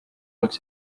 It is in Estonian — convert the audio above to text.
oleks